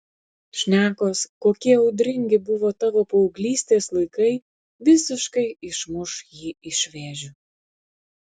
šnekos kokie audringi buvo tavo paauglystės laikai visiškai išmuš jį iš vėžių